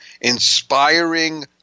inspiring